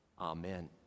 Amen